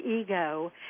ego